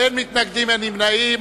אין מתנגדים, אין נמנעים.